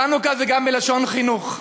חנוכה זה גם מלשון חינוך.